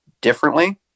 differently